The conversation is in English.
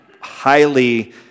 highly